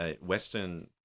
Western